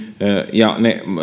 ja